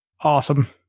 Awesome